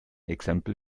exempel